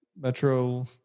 Metro